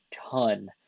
ton